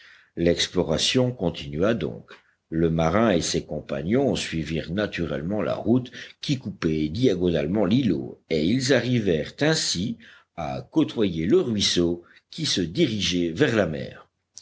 l'exploration continua donc le marin et ses compagnons suivirent naturellement la route qui coupait diagonalement l'îlot et ils arrivèrent ainsi à côtoyer le ruisseau qui se dirigeait vers la mer